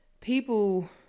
people